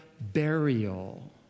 burial